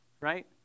right